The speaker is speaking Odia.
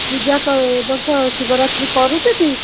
ପୂଜା କ'ଣ ଏ ବର୍ଷ ଶିବରାତ୍ରି କରୁଛୁ ଟି